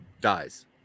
dies